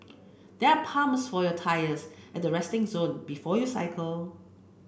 there are pumps for your tyres at the resting zone before you cycle